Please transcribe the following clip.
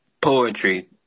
poetry